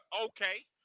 Okay